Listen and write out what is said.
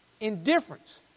Indifference